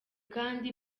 kandi